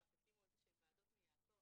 אמרת שיקימו איזה שהן ועדות מייעצות,